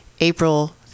April